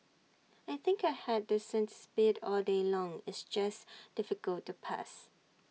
I think I had decent speed all day long it's just difficult to pass